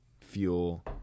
fuel